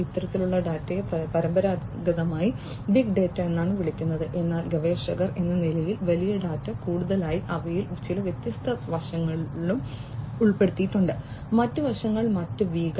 ഇത്തരത്തിലുള്ള ഡാറ്റയെ പരമ്പരാഗതമായി ബിഗ് ഡാറ്റ എന്നാണ് വിളിക്കുന്നത് എന്നാൽ ഗവേഷകർ എന്ന നിലയിൽ വലിയ ഡാറ്റ കൂടുതലായി അവയിൽ ചില വ്യത്യസ്ത വശങ്ങളും ഉൾപ്പെടുത്തിയിട്ടുണ്ട് മറ്റ് വശങ്ങൾ മറ്റ് V കൾ